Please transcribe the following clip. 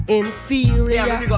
inferior